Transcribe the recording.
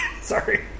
Sorry